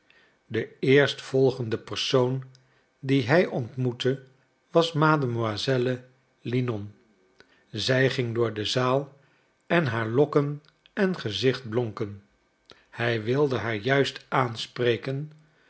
de eerstvolgende persoon die hij ontmoette was mademoiselle linon zij ging door de zaal en haar lokken en gezicht blonken hij wilde haar juist aanspreken